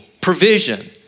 provision